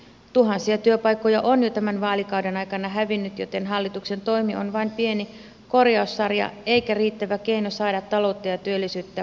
tuhansia työpaikkoja on jo tämän vaalikauden aikana hävinnyt joten hallituksen toimi on vain pieni korjaussarja eikä riittävä keino saada taloutta ja työllisyyttä todellisuudessa kasvuun